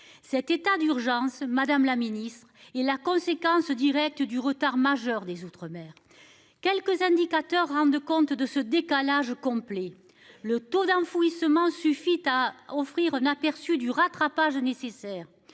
Cet état d'urgence Madame la Ministre et la conséquence directe du retard majeur des outre-mer. Quelques indicateurs rendent compte de ce décalage complet. Le taux d'enfouissement suffit à offrir un aperçu du rattrapage nécessaire